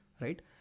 right